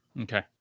Okay